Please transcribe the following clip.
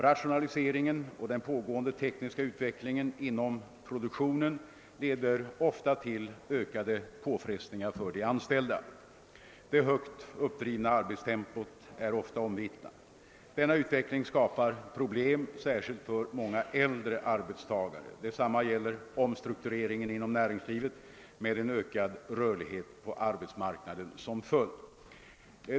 Rationaliseringen och den pågående tekniska utvecklingen inom produktionen leder ofta till ökade påfrestningar för de anställda. Det högt uppdrivna arbetstempot är ofta omvittnat. Denna utveckling skapar problem särskilt för många äldre arbetstagare. Detsamma gäller omstruktureringen in om näringslivet med en ökad rörlighet på arbetsmarknaden som följd.